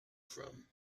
from